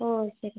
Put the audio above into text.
ഓ ശരി